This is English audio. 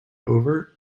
over